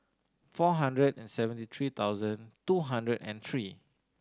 four hundred and seventy three thousand two hundred and three